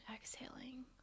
exhaling